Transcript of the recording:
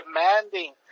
demanding